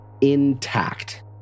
intact